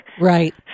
Right